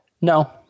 No